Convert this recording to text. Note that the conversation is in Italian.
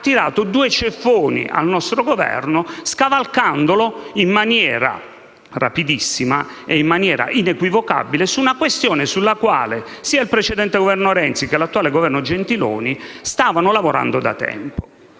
ha tirato due ceffoni al nostro Governo, scavalcandolo in maniera rapidissima e inequivocabile su una questione sulla quale sia il precedente Governo Renzi che l'attuale Governo Gentiloni Silveri stavano lavorando da tempo.